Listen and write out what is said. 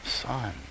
Son